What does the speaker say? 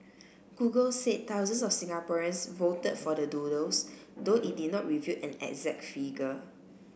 google said thousands of Singaporeans voted for the doodles though it did not reveal an exact figure